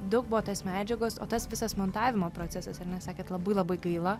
daug buvo tos medžiagos o tas visas montavimo procesas ar ne sakėt labai labai gaila